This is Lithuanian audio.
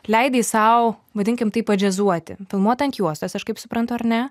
leidai sau vadinkim taip padžiazuoti filmuota ant juostos aš kaip suprantu ar ne